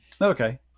Okay